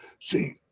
See